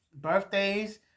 birthdays